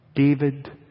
David